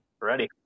Ready